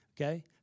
Okay